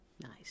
Nice